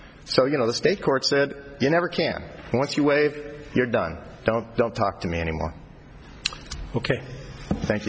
so you know the state court said you never can once you wave you're done don't don't talk to me anymore ok thank